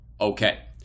Okay